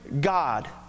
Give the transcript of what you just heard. God